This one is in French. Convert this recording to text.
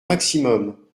maximum